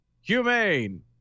humane